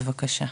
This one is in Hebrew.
בבקשה.